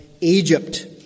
Egypt